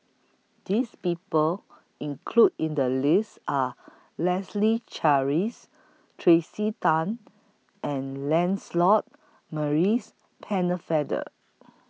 This People included in The list Are Leslie Charteris Tracey Tan and Lancelot Maurice Pennefather